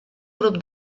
grup